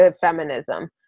feminism